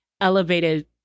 elevated